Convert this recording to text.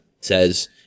says